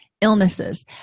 illnesses